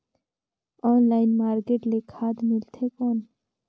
Online market ले खाद मिलथे कौन?